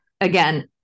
again